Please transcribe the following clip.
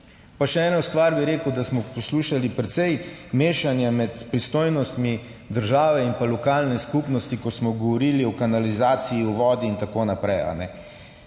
Pa še eno stvar bi rekel – da smo poslušali precej mešanja med pristojnostmi države in lokalne skupnosti, ko smo govorili o kanalizaciji in vodi in tako naprej.